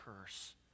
curse